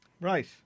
Right